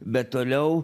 bet toliau